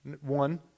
one